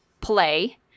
play